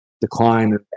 decline